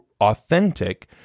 authentic